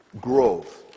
growth